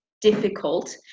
difficult